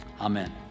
Amen